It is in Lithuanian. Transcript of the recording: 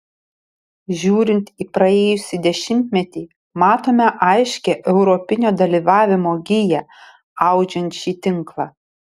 žiūrint į praėjusį dešimtmetį matome aiškią europinio dalyvavimo giją audžiant šį tinklą